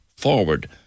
forward